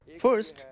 First